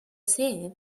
same